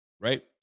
right